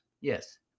Yes